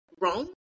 wrong